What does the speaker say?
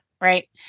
right